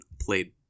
played